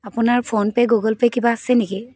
আপোনাৰ PhonePe' Google Pay কিবা আছে নেকি